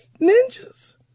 ninjas